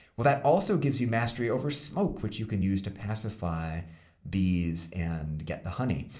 but that also gives you mastery over smoke, which you can use to pacify bees and get the honey.